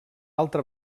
altra